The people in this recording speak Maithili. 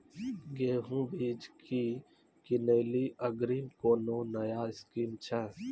गेहूँ बीज की किनैली अग्रिम कोनो नया स्कीम छ?